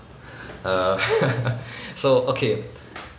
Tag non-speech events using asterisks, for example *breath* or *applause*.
*breath* err *laughs* so okay